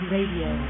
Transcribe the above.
Radio